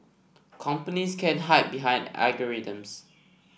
companies can't hide behind algorithms